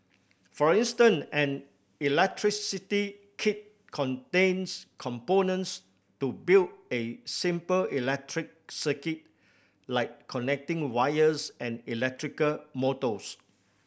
for instance an electricity kit contains components to build a simple electric circuit like connecting wires and electrical motors